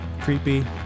creepy